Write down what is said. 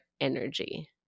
energy